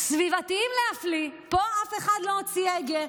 סביבתיים להפליא, פה אף אחד לא הוציא הגה,